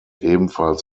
ebenfalls